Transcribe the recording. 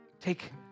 Take